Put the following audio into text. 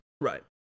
Right